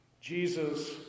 Jesus